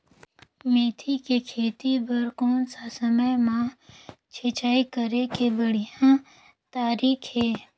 मेथी के खेती बार कोन सा समय मां सिंचाई करे के बढ़िया तारीक हे?